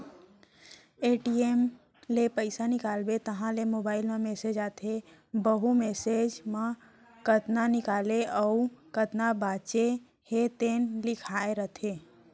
ATM ले पइसा निकालबे तहाँ ले मोबाईल म मेसेज आथे वहूँ मेसेज म कतना निकाले अउ कतना बाचे हे तेन लिखाए रहिथे